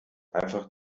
einfach